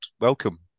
welcome